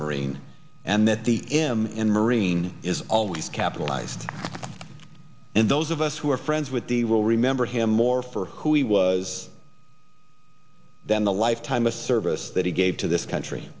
marine and that the him in marine is always capitalized and those of us who are friends with the will remember him more for who he was than the lifetime of service that he gave to this country